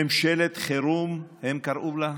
ממשלת חירום הם קראו לה?